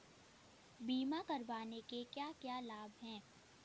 बीमा करवाने के क्या क्या लाभ हैं?